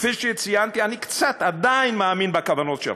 כפי שציינתי, אני עדיין קצת מאמין בכוונות שלך.